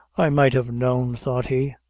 i might have known, thought he,